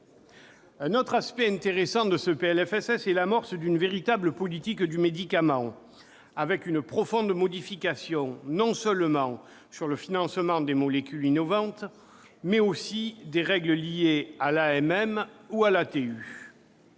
Un autre aspect intéressant de ce PLFSS est l'amorce d'une véritable politique du médicament, avec une profonde modification non seulement du financement des molécules innovantes, mais aussi des règles liées à l'autorisation